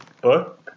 book